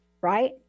Right